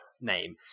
name